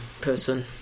person